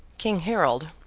king harold,